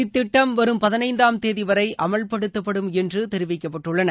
இத்திட்டம் வரும் பதினைந்தாம் தேதி வரை அமல்படுத்தப்படும் என்று தெரிவிக்கப்பட்டுள்ளன